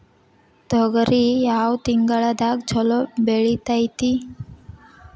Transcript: ತೊಗರಿ ಯಾವ ತಿಂಗಳದಾಗ ಛಲೋ ಬೆಳಿತೈತಿ?